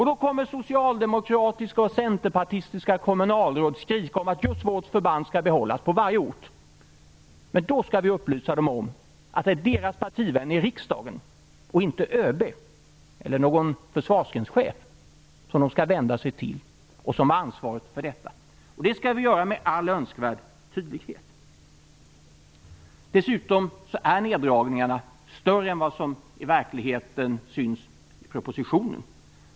Då kommer socialdemokratiska och centerpartistiska kommunalråd att skrika om att just deras förband skall behållas, på varje ort. Men då skall vi upplysa dem om att det är deras partivänner i riksdagen och inte ÖB eller någon försvarsgrenschef som de skall vända sig till som ansvariga för detta. Detta skall vi göra med all önskvärd tydlighet. Dessutom är neddragningarna större än vad som i verkligheten syns i propositionen.